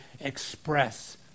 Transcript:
express